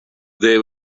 they